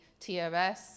TRS